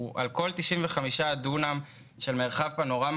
הוא על כל 95 הדונמים של מרחב פנורמה,